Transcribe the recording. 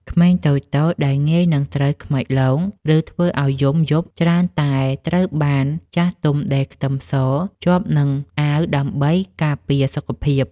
ក្មេងតូចៗដែលងាយនឹងត្រូវខ្មោចលងឬធ្វើឱ្យយំយប់ច្រើនតែត្រូវបានចាស់ទុំដេរខ្ទឹមសជាប់នឹងអាវដើម្បីការពារសុខភាព។